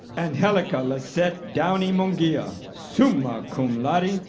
angelica lasette downey-mungia, summa cum laude,